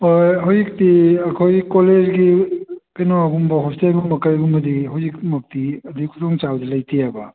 ꯍꯧꯖꯤꯛꯇꯤ ꯑꯩꯈꯣꯏꯒꯤ ꯀꯣꯂꯦꯖꯀꯤ ꯀꯩꯅꯣꯒꯨꯝꯕ ꯍꯣꯁꯇꯦꯜꯒꯨꯝꯕ ꯀꯩꯒꯨꯝꯕꯗꯤ ꯍꯧꯖꯤꯛꯃꯛꯇꯤ ꯑꯗꯨꯏ ꯈꯨꯗꯣꯡꯆꯥꯕꯗꯤ ꯂꯩꯇꯦꯕ